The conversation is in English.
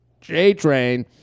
JTrain